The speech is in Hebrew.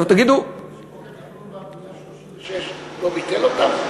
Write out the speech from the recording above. חוק התכנון והבנייה 36 לא ביטל אותן?